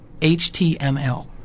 html